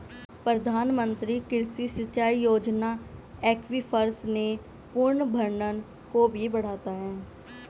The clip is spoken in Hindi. प्रधानमंत्री कृषि सिंचाई योजना एक्वीफर्स के पुनर्भरण को भी बढ़ाता है